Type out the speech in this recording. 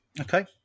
Okay